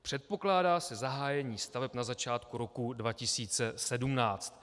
Předpokládá se zahájení staveb na začátku roku 2017.